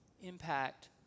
impact